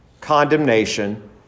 condemnation